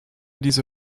diese